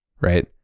right